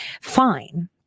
fine